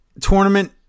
tournament